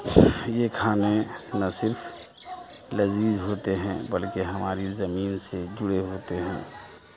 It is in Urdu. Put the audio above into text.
یہ کھانے نہ صرف لذیذ ہوتے ہیں بلکہ ہماری زمین سے جڑے ہوتے ہیں